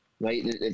right